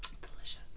Delicious